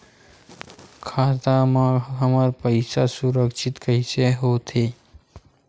खाता मा हमर पईसा सुरक्षित कइसे हो थे?